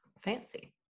Fancy